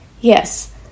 yes